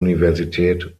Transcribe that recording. universität